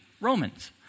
Romans